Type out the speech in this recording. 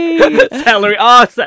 Salary